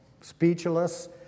speechless